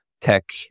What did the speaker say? tech